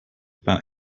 about